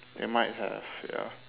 they might have ya